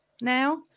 now